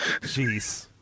jeez